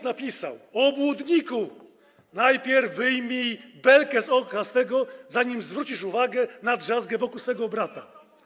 napisał: Obłudniku, najpierw wyjmij belkę z oka swego, zanim zwrócisz uwagę na drzazgę w oku swego brata.